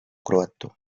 croato